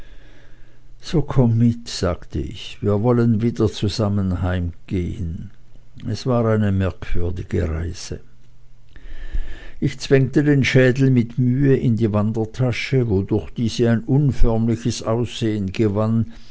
so komm mit sagte ich wir wollen wieder zusammen heimgehen es war eine merkwürdige reise ich zwängte den schädel mit mühe in die wandertasche wodurch diese ein unförmliches aussehen gewann